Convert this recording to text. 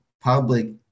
public